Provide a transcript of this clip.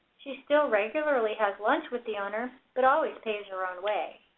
she still regularly has lunch with the owner, but always pays her own way.